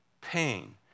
pain